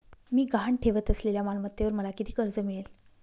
मी गहाण ठेवत असलेल्या मालमत्तेवर मला किती कर्ज मिळेल?